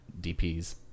DPs